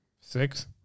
six